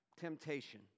Temptation